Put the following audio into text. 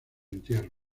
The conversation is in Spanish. entierro